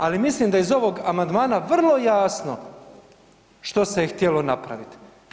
Ali mislim da iz ovoga amandmana vrlo jasno što se je htjelo napraviti.